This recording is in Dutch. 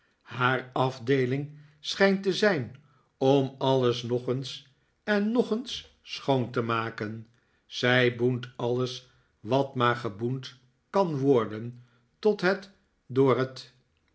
haar afdeeling schijnt te zijn om alles nog eens en nog eens schoon te maken zij boent alles wat maar geboend kan worden tot het door